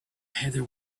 heather